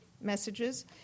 messages